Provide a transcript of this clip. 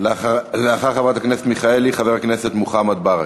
לאחר חברת הכנסת מיכאלי, חבר הכנסת מוחמד ברכה.